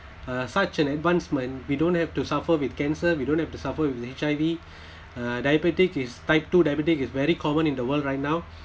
uh such an advancement we don't have to suffer with cancer we don't have to suffer with H_I_V uh diabetic is type two diabetic is very common in the world right now